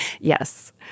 Yes